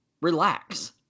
Relax